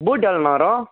boot எவ்வளோண்ணா வரும்